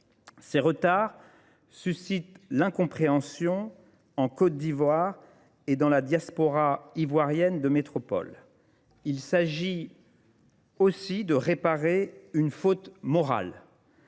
Ces retards suscitent l'incompréhension en Côte d'Ivoire et dans la diaspora ivoirienne de métropole. Il s'agit aussi de réparer une faute morale.